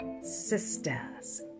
sisters